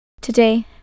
Today